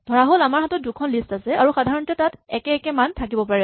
ধৰাহ'ল আমাৰ হাতত দুখন লিষ্ট আছে আৰু সাধাৰণতে তাত একে একে মান থাকিব পাৰে